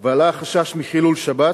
ועלה החשש מחילול שבת,